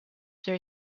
their